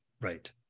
Right